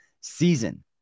season